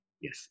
Yes